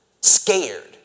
scared